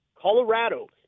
Colorado